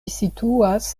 situas